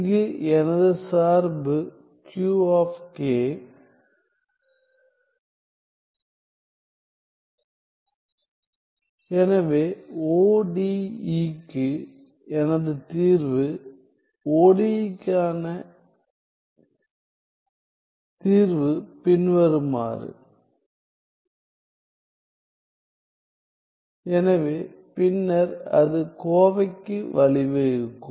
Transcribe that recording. இங்கு எனது சார்பு Q எனவே ODE க்கு எனது தீர்வு ODE க்கான தீர்வு பின்வருமாறு எனவே பின்னர் அது கோவைக்கு வழிவகுக்கும்